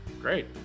great